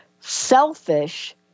selfish